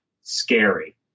Scary